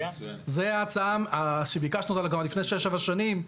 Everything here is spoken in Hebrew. זאת הצעה שביקשנו אותה גם לפני 7-6 שנים.